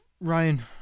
Ryan